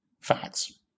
facts